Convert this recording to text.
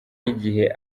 igihe